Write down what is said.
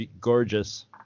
gorgeous